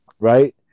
right